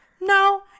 No